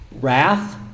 wrath